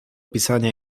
pisania